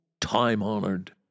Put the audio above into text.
time-honored